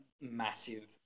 massive